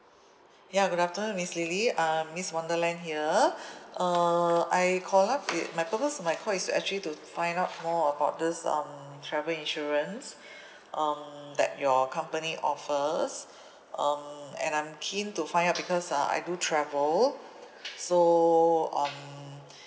ya good afternoon miss lily uh miss wonderland here uh I call up uh my purpose of my call is to actually to find out more about this um travel insurance um that your company offers um and I'm keen to find out because uh I do travel so um